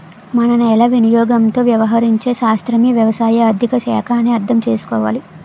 మన నేల వినియోగంతో వ్యవహరించే శాస్త్రమే వ్యవసాయ ఆర్థిక శాఖ అని అర్థం చేసుకోవాలి